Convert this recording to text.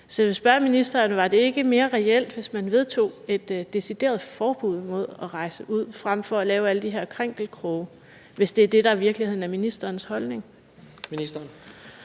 jeg vil spørge ministeren: Var det ikke mere reelt, hvis man vedtog et decideret forbud mod at rejse ud frem for at lave et lovforslag med alle de her krinkelkroge, hvis det er det, der i virkeligheden er ministerens holdning?